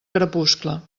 crepuscle